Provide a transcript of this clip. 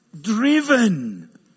driven